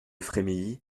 frémilly